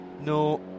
no